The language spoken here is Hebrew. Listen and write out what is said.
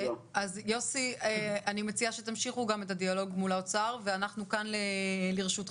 יוסי אני מציעה שתמשיכו גם את הדיאלוג מול האוצר ואנחנו כאן לרשותך.